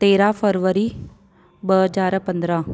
तेरहं फरवरी ॿ हज़ार पंद्रहं